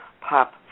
pop